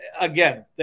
again